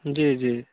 जी जी